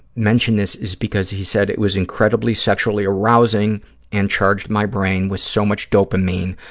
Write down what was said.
mention this is because he said it was incredibly sexually arousing and charged my brain with so much dopamine,